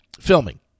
filming